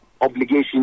Obligation